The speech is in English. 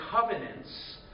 covenants